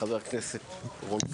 חבר הכנסת רון כץ.